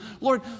Lord